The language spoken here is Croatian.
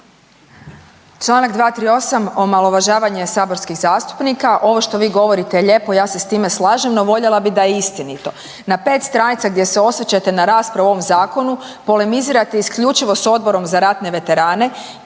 Čl. 238., omalovažavanje saborskih zastupnika. Ovo što vi govorite je lijepo, ja se s time slažem, no voljela bi da je istinito. Na 5 stranica gdje se osvrćete na raspravu o ovom zakonu, polemizirate isključivo sa Odbor za ratne veterane